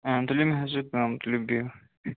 آ مےٚ حظ چھِ کٲم تُلیو بِہو